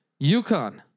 UConn